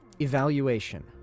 Evaluation